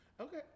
Okay